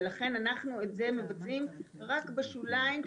ולכן אנחנו את זה מבצעים רק בשוליים.